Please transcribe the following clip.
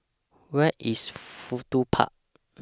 Where IS Fudu Park